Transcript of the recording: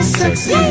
sexy